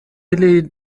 ili